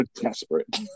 desperate